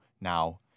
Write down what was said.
now